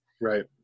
Right